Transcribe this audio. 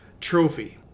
Trophy